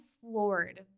floored